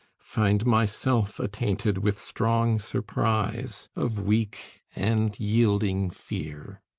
find myself attainted with strong surprise of weak and yielding fear.